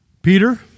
Peter